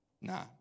nah